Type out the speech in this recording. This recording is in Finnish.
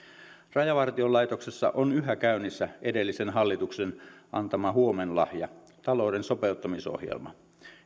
rajavartiolaitoksessa on yhä käynnissä edellisen hallituksen antama huomenlahja talouden sopeuttamisohjelma